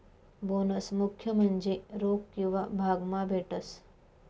bonus मुख्य म्हन्जे रोक किंवा भाग मा भेटस